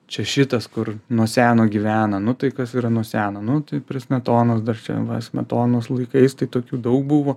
čia šitas kur nuo seno gyvena nu tai kas yra nuo seno nu tai prie smetonos dar čia smetonos laikais tai tokių daug buvo